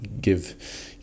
give